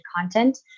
content